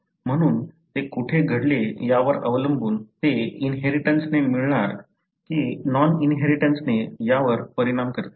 म्हणून ते कोठे घडले यावर अवलंबून ते इनहेरिटन्सने मिळणार की नॉन इनहेरिटन्सने यावर परिणाम करते